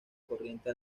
corriente